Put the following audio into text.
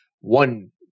One